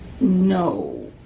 no